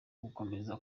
gukomeza